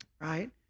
right